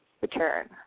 return